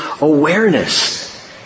awareness